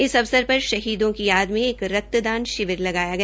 इस अवसर पर शहीदों की याद में एक रक्तदान शिविर लगाया गया